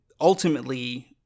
ultimately